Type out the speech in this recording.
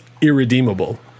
irredeemable